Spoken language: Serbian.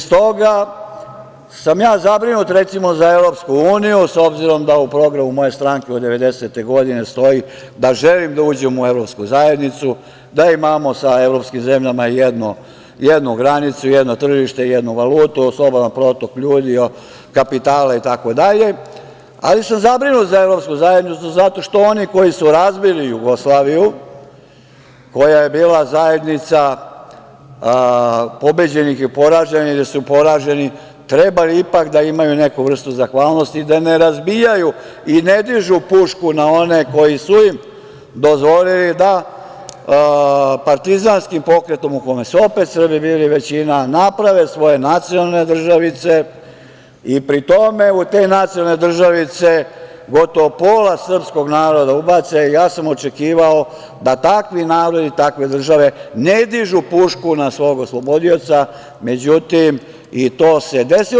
Stoga sam ja zabrinut, recimo, za Evropsku uniju, s obzirom da u programu moje stranke od 1990. godine stoji da želi da uđemo u Evropsku zajednicu, da imamo sa evropskim zemljama jednu granicu, jedno tržište, jednu valutu, slobodan protok ljudi, kapitala itd, ali sam zabrinut za Evropsku zajednicu zato što oni koji su razbili Jugoslaviju, koja je bila zajednica pobeđenih i poraženih gde su poraženi trebali ipak da imaju neku vrstu zahvalnosti i da ne razbijaju i ne dižu pušku na one koji su im dozvolili da partizanskim pokretom, u kome su opet Srbi bili većina, naprave svoje nacionalne državice i pri tome u te nacionalne državice gotovo pola srpskog naroda ubace, ja sam očekivao da takvi narodi i takve države ne dižu pušku na svog oslobodioca, međutim, i to se desilo.